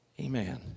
Amen